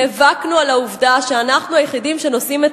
נאבקנו על העובדה שאנחנו היחידים שנושאים את